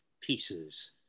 pieces